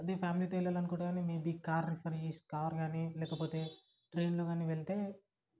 అదే ఫ్యామిలీతో వెళ్ళాలనుకుంటే మే బీ కార్ రిఫర్ చేసి కారు గానీ లేకపోతే ట్రైన్లో గానీ వెళ్తే